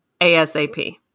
ASAP